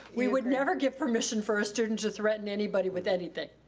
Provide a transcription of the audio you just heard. we would never give permission for a student to threaten anybody with anything.